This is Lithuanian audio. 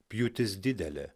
pjūtis didelė